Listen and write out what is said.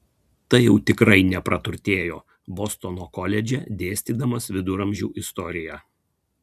tai jau tikrai nepraturtėjo bostono koledže dėstydamas viduramžių istoriją